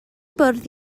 bwrdd